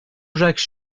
jacques